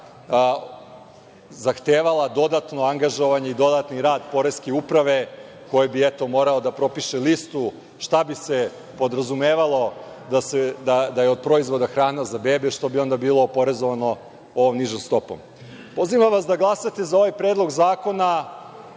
zahtevala dodatno angažovanje i dodatni rad poreske uprave, kojoj bi, eto, morao da propiše listu šta bi se podrazumevalo od proizvoda hrane za bebe, što bi onda bilo oporezovano ovom nižom stopom. Pozivam vas da glasate za ovaj predlog zakona,